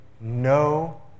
no